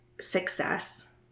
success